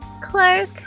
Clark